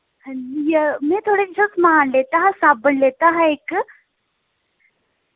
अंजी में थुआढ़े कोला समान लैता हा साबन लैता हा इक्क